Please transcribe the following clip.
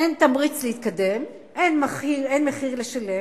אין תמריץ להתקדם, אין מחיר לשלם,